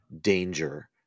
danger